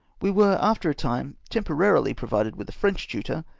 we were, after a time, temporarily provided with a french tutor,